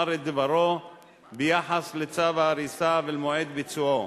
את דברו ביחס לצו ההריסה ולמועד ביצועו,